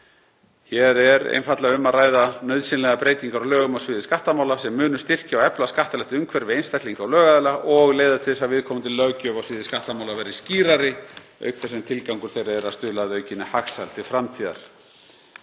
Hér er um að ræða nauðsynlegar breytingar á lögum á sviði skattamála sem munu styrkja og efla skattalegt umhverfi einstaklinga og lögaðila og leiða til þess að viðkomandi löggjöf á sviði skattamála verði skýrari auk þess sem tilgangur þeirra er að stuðla að aukinni hagsæld til framtíðar.